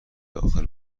داخل